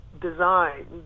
design